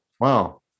Wow